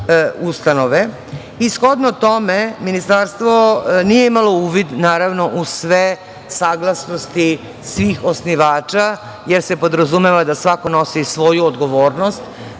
tome, ministarstvo nije imalo uvid u sve saglasnosti svih osnivača, jer se podrazumeva da svako nosi svoju odgovornost,